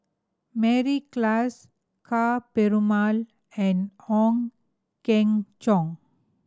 Mary Klass Ka Perumal and Ong Keng